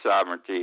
sovereignty